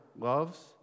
loves